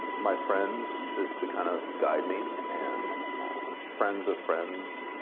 my friends to to kind of guide me, and friends of friends.